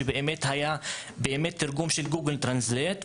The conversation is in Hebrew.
באמת היה תרגום של גוגל טרנסלייט.